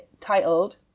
titled